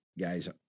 guys